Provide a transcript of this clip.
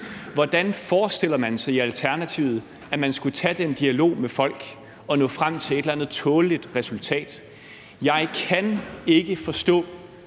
Hvordan forestiller man sig i Alternativet at man skulle tage den dialog med folk og nå frem til et eller andet tåleligt resultat? Jeg kan ikke forstå,